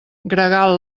gregal